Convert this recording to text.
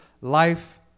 Life